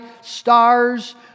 stars